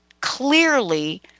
clearly